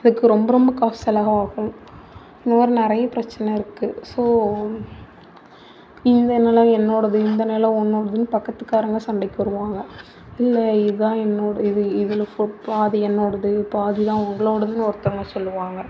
அதுக்கு ரொம்ப ரொம்ப காசு செலவாகும் அந்த மாதிரி நிறைய பிரச்சின இருக்குது ஸோ இந்த நிலம் என்னோடது இந்த நிலம் உன்னோடது பக்கத்துக்காரங்க சண்டைக்கு வருவாங்க இல்லை இதுதான் என்னோடது இது இதில் இப்போது பாதி என்னோடது பாதிதான் உங்களோடதுன்னு ஒருத்தங்க சொல்லுவாங்க